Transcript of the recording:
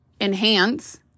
Enhance